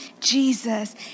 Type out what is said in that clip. Jesus